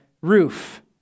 roof